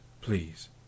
please